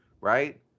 right